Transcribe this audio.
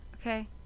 okay